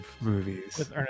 movies